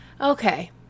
okay